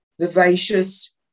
vivacious